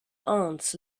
ants